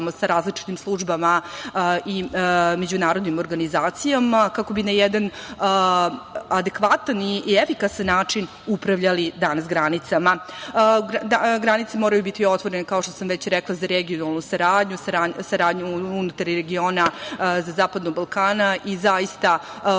sa različitim službama i međunarodnim organizacijama kako bi na jedan adekvatan i efikasan način upravljali danas granicama. Granice moraju biti otvorene, kao što sam već rekla, za regionalnu saradnju, saradnju unutar regiona Zapadnog Balkana i zaista i